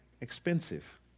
expensive